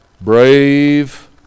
Brave